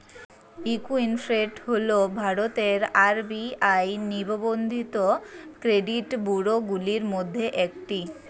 Equifax হল ভারতের RBI নিবন্ধিত ক্রেডিট ব্যুরোগুলির মধ্যে একটি